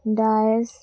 Dias